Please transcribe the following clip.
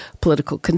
political